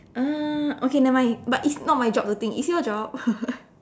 uh okay nevermind but it's not my job to think it's your job